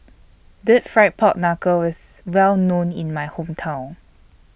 Deep Fried Pork Knuckle IS Well known in My Hometown